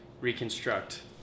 reconstruct